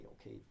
Okay